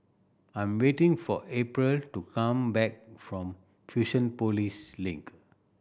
I am waiting for April to come back from Fusionopolis Link